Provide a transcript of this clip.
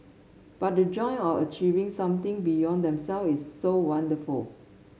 but the joy of achieving something beyond them self is so wonderful